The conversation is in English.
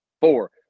Four